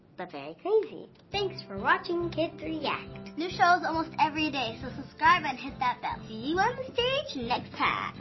but very crazy. thanks for watching kids react! new shows almost every day, so subscribe and hit that bell! see you on the stage next time!